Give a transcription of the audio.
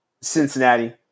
Cincinnati